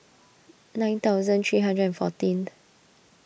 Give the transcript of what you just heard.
nine thousand three hundred and fourteenth